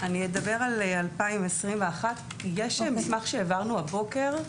אני אדבר על 2021. יש מסמך שהעברנו הבוקר,